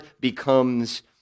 becomes